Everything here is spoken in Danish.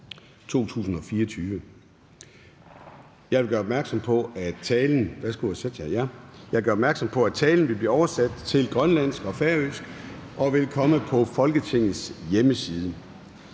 Jeg gør opmærksom på, at talen vil blive oversat til grønlandsk og færøsk og vil komme på Folketingets hjemmeside.